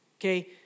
okay